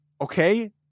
Okay